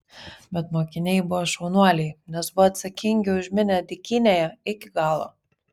bet mokiniai buvo šaunuoliai nes buvo atsakingi už minią dykynėje iki galo